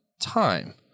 time